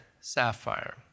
Sapphire